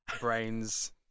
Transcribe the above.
brains